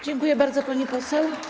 Dziękuję bardzo, pani poseł.